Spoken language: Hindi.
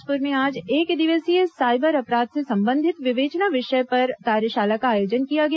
बिलासपुर में आज एकदिवसीय साइबर अपराध से संबंधित विवेचना विषय पर कार्यशाला का आयोजन किया गया